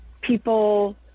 people